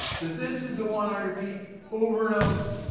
but this is the one i repeat over and over.